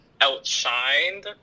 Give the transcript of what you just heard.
outshined